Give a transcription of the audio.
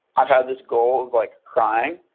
i've had this goal like crying.